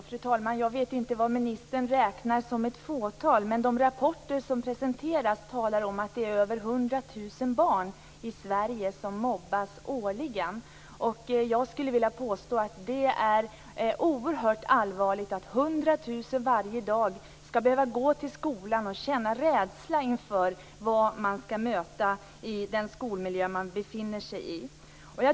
Fru talman! Jag vet inte vad ministern räknar som ett fåtal. De rapporter som presenteras talar i alla fall om att det är mer än 100 000 barn i Sverige som årligen mobbas. Jag skulle vilja påstå att det är oerhört allvarligt att 100 000 barn varje dag skall behöva gå till skolan och känna rädsla inför vad de skall möta i den skolmiljö som de befinner sig i.